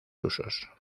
usos